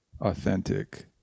authentic